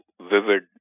vivid